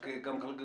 לא, לא.